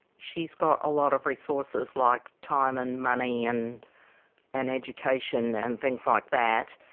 she's got a lot of resources like time and money and an education and things like that,